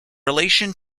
relation